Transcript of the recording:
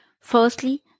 Firstly